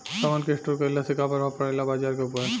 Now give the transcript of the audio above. समान के स्टोर काइला से का प्रभाव परे ला बाजार के ऊपर?